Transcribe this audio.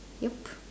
yup